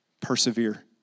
persevere